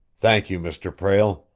thank you, mr. prale.